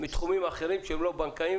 מתחומים אחרים שהם לא בנקאיים